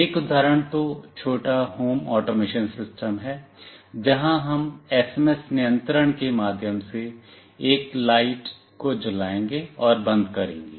एक उदाहरण तो छोटा होम ऑटोमेशन सिस्टम है जहां हम एसएमएस नियंत्रण के माध्यम से एक लाइट को जलाएंगे और बंद करेंगे